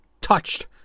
touched